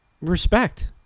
respect